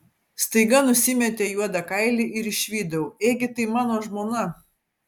staiga nusimetė juodą kailį ir išvydau ėgi tai mano žmona